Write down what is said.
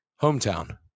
Hometown